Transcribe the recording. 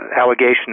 allegation